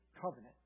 covenant